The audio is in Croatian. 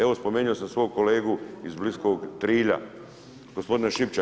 Evo, spomenuo sam svog kolegu iz bliskog Trilja, gospodina Šipića.